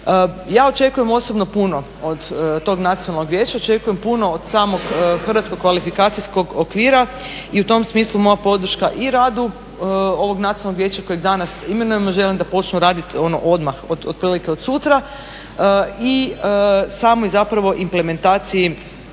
Ja očekujem osobno puno od tog nacionalnog vijeća, očekujem puno od samog hrvatskog kvalifikacijskog okvira i u tom smislu moja podrška i radu ovog nacionalnog vijeća kojeg danas imenujemo, želim da počnu radit ono odmah otprilike od sutra i samoj zapravo implementaciji